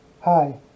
Hi